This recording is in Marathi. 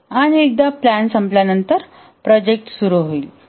आणि एकदा प्लॅन संपल्यानंतर प्रोजेक्ट सुरू होईल